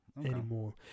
anymore